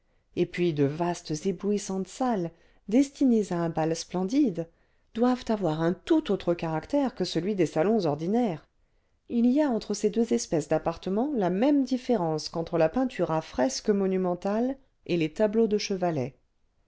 et puis de vastes éblouissantes salles destinées à un bal splendide doivent avoir un tout autre caractère que celui des salons ordinaires il y a entre ces deux espèces d'appartements la même différence qu'entre la peinture à fresque monumentale et les tableaux de chevalet